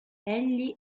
egli